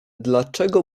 dlaczego